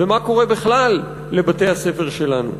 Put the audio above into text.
ומה קורה בכלל לבתי-הספר שלנו.